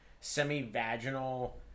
semi-vaginal